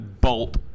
bolt